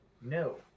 No